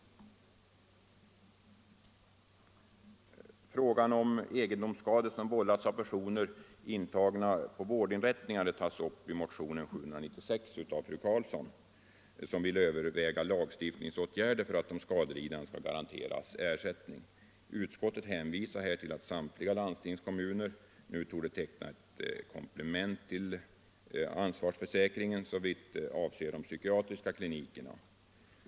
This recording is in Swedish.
Frågan om ersättning för egendomsskador som vållas av personer intagna på vårdinrättningar tas upp i motionen 796 av fru Karlsson som vill överväga lagstiftningsåtgärder för att de skadelidande skall garanteras ersättning. Utskottet hänvisar till att samtliga landstingskommuner torde ha tecknat ett komplement till ansvarsförsäkringen såvitt avser de psykiatriska klinikerna.